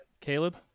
Caleb